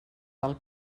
del